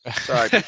Sorry